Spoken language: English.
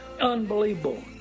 Unbelievable